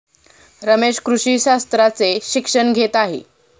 रमेश कृषी शास्त्राचे शिक्षण घेत आहे